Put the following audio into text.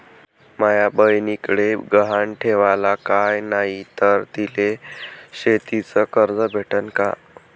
माया बयनीकडे गहान ठेवाला काय नाही तर तिले शेतीच कर्ज भेटन का?